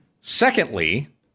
Secondly